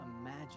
imagine